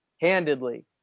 Handedly